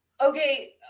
Okay